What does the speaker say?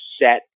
set